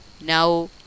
now